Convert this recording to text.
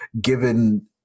given